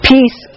Peace